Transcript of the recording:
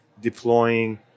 deploying